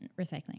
recycling